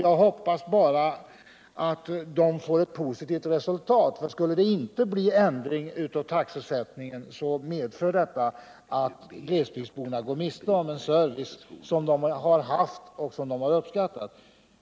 Jag hoppas bara att diskussionerna får ett positivt resultat. Skulle det inte bli ändringar i taxesättningen, medför detta att glesbygdsborna går miste om en service som de har haft och som de har uppskattat.